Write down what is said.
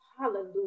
Hallelujah